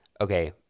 okay